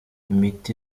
imiti